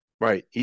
Right